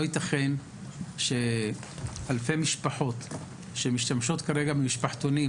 לא יתכן שאלפי משפחות שמשתמשות כרגע במשפחתונים,